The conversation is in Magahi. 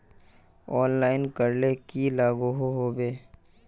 ऑनलाइन करले की लागोहो होबे?